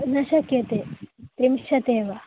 न शक्यते त्रिंशत् एव